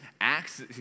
Acts